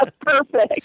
Perfect